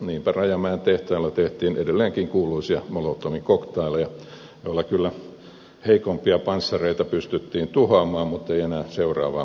niinpä rajamäen tehtailla tehtiin edelleenkin kuuluisia molotovin cocktaileja joilla kyllä heikompia panssareita pystyttiin tuhoamaan mutta ei enää seuraavaa polvea